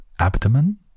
Abdomen